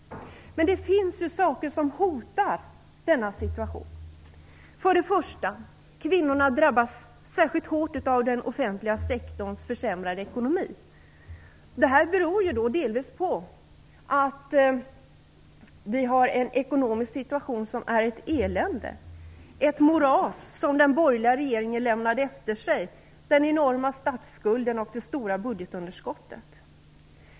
Men det finns saker som hotar denna situation. För det första: Kvinnorna drabbas särskilt hårt av den offentliga sektorns försämrade ekonomi. Det beror delvis på att vi har en ekonomisk situation som är ett elände, ett moras, som den borgerliga regeringen lämnade efter sig med den enorma statsskulden och det stora budgetunderskottet.